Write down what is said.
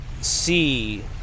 see